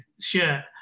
shirt